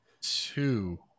two